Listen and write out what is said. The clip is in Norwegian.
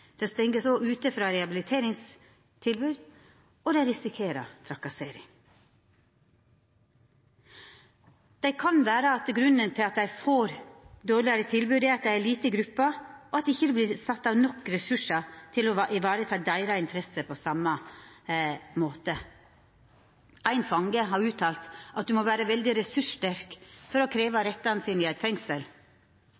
rehabiliteringstilbod, og dei risikerer trakassering. Det kan vera at grunnen til at dei får dårlegare tilbod, er at dei er ei lita gruppe, og at det ikkje vert sett av nok ressursar til å vareta interessene deira på same måte. Ein fange har uttalt at ein må vera veldig ressurssterk for å krevja